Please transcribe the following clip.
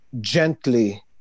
gently